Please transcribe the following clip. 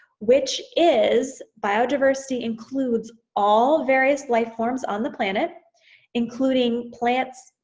which is, biodiversity includes all various life forms on the planet including plants,